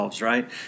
right